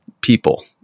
people